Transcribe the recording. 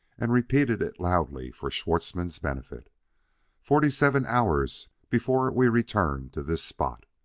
and repeated it loudly for schwartzmann's benefit forty-seven hours before we return to this spot.